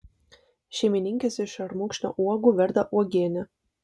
šeimininkės iš šermukšnio uogų verda uogienę